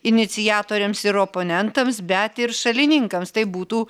iniciatoriams ir oponentams bet ir šalininkams tai būtų